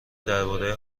درباره